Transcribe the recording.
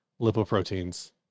lipoproteins